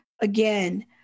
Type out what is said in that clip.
again